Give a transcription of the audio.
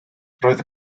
roedd